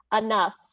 enough